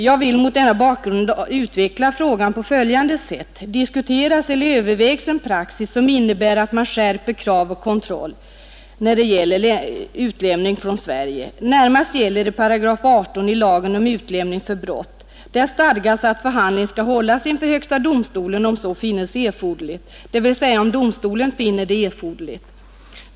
Jag vill mot denna bakgrund utveckla frågan på följande sätt: Diskuteras eller övervägs en praxis som innebär att man skärper krav och kontroll när det gäller utlämning från Sverige? Närmast gäller det 18 8 i lagen om utlämning för brott. Där stadgas att förhandling skall hållas inför högsta domstolen om så finnes erforderligt, dvs. om domstolen finner det erforderligt.